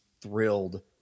thrilled